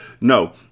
no